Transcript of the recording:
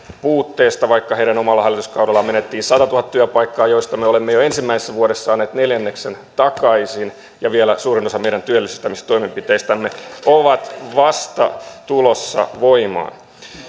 puutteesta vaikka heidän omalla hallituskaudellaan menetettiin satatuhatta työpaikkaa joista me olemme jo ensimmäisenä vuonna saaneet neljänneksen takaisin ja vielä suurin osa meidän työllistämistoimenpiteistämme on vasta tulossa voimaan